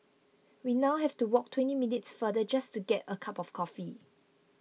we now have to walk twenty minutes farther just to get a cup of coffee